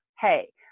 hey